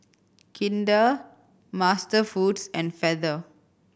Kinder MasterFoods and Feather